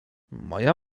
moja